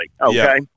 Okay